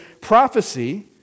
prophecy